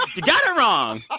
ah got it wrong.